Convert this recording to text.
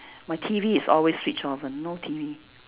my T_V is always switched off one no T_V